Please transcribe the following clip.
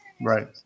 Right